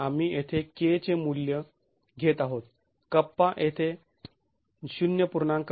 आम्ही येथे K चे मूल्य घेत आहोत कप्पा येथे ०